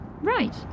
right